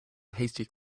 hasty